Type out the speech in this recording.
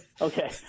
Okay